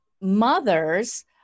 mothers